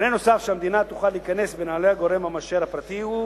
מקרה נוסף שבו המדינה תוכל להיכנס לנעלי הגורם המאשר הפרטי הוא